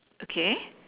okay